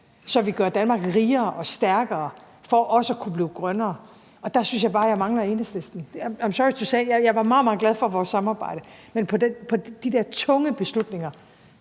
så vi gør Danmark rigere og stærkere for også at kunne blive grønnere, og der synes jeg bare, jeg mangler Enhedslisten – I'm sorry to say. Jeg var meget, meget glad for vores samarbejde, men på de der tunge beslutninger